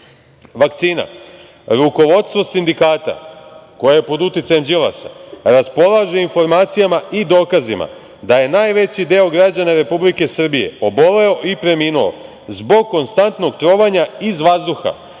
vakcina. Rukovodstvo sindikata“, koje je pod uticajem Đilasa, „raspolaže informacijama i dokazima da je najveći deo građana Republike Srbije oboleo i preminuo zbog konstantnog trovanja iz vazduha,